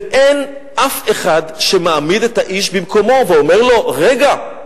ואין אף אחד שמעמיד את האיש במקומו ואומר לו: רגע,